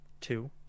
Two